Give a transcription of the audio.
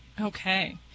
Okay